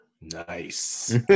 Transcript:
Nice